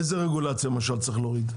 איזה רגולציה למשל צריך להוריד?